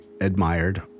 admired